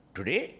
Today